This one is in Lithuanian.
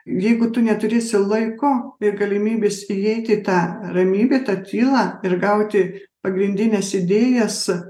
jeigu tu neturėsi laiko ir galimybės įeiti į tą ramybę tą tylą ir gauti pagrindines idėjas